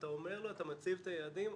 אתה אומר לו, אתה מציב את היעדים.